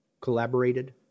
collaborated